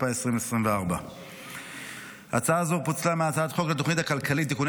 התשפ"ה 2024. הצעה זו פוצלה מהצעת חוק התכנית הכלכלית (תיקוני